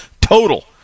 total